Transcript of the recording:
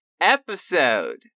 episode